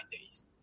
days